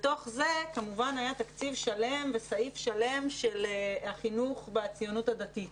בתוך זה כמובן היה תקציב שלם וסעיף שלם על החינוך בציונות הדתית.